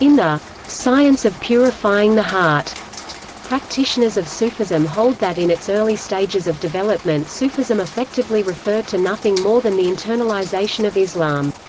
in the science of purifying the heart practitioners of sufism hold that in its early stages of development sufism effectively referred to nothing more than the internalization of islam.